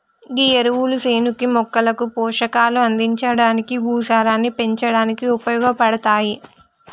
గీ ఎరువులు సేనుకి మొక్కలకి పోషకాలు అందించడానికి, భూసారాన్ని పెంచడానికి ఉపయోగపడతాయి